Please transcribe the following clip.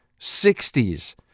60s